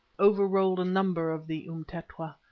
over rolled a number of the umtetwa,